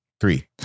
Three